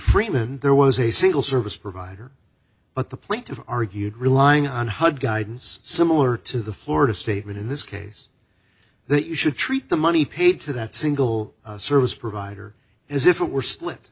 freeman there was a single service provider but the plaintiff argued relying on hud guidance similar to the florida statement in this case that you should treat the money paid to that single service provider as if it were split